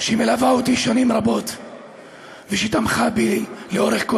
שמלווה אותי שנים רבות ושתמכה בי לאורך כל